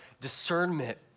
discernment